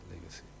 legacy